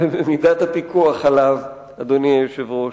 ובמידת הפיקוח עליו, אדוני היושב-ראש,